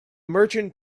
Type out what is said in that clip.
merchant